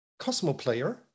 Cosmoplayer